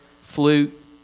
flute